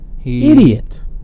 idiot